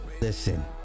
Listen